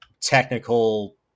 technical